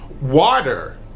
water